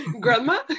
Grandma